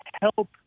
help